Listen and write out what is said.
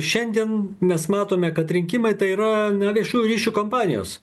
šiandien mes matome kad rinkimai tai yra viešųjų ryšių kompanijos